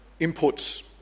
inputs